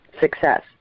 success